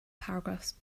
paragraphs